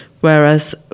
whereas